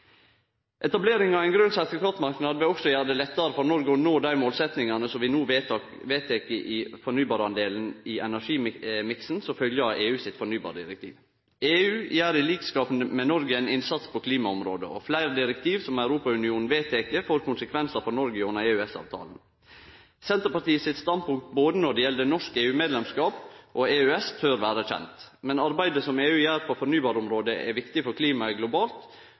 Etableringa av ein grønt sertifikat-marknad vil òg gjere det lettare for Noreg å nå dei målsetjingane som vi no vedtek for fornybardelen i energimiksen som følgje av EU sitt fornybardirektiv. EU gjer, til liks med Noreg, ein innsats på klimaområdet, og fleire direktiv som Europaunionen vedtek, får konsekvensar for Noreg gjennom EØS-avtalen. Senterpartiet sitt standpunkt når det gjeld både norsk EU-medlemskap og EØS, tør vere kjent. Men arbeidet EU gjer på fornybarområdet, er viktig for klimaarbeidet globalt,